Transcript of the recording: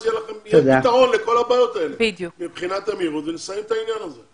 ואז יהיה פתרון לכל הבעיות האלה מבחינת המהירות ונסיים את העניין הזה.